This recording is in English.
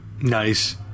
Nice